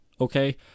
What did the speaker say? okay